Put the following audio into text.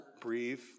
breathe